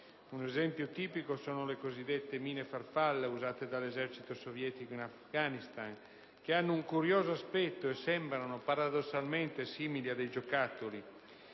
Un esempio tipico sono le cosiddette mine farfalla, usate dall'esercito sovietico in Afghanistan, che hanno un curioso aspetto e sembrano, paradossalmente, simili a giocattoli.